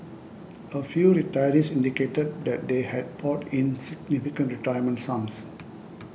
a few retirees indicated that they had poured in significant retirement sums